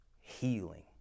Healing